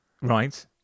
Right